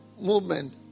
movement